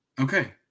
Okay